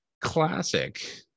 Classic